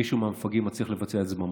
מישהו מהמפגעים מצליח לבצע את זממו.